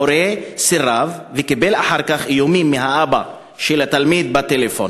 המורה סירב וקיבל אחר כך איומים מהאבא של התלמיד בטלפון.